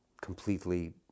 completely